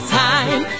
time